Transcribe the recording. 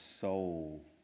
soul